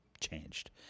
changed